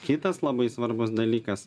kitas labai svarbus dalykas